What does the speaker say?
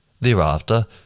Thereafter